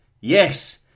Yes